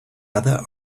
other